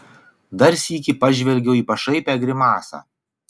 dar sykį pažvelgiau į pašaipią grimasą